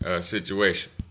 situation